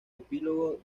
epílogo